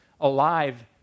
Alive